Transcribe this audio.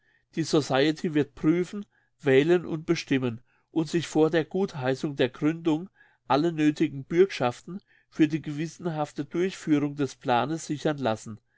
die society wird prüfen wählen und bestimmen und sich vor der gutheissung der gründung alle nöthigen bürgschaften für die gewissenhafte durchführung des planes sichern lassen